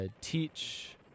teach